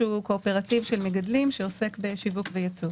שהוא קואופרטיב של מגדלים שעוסק בשיווק וייצוא,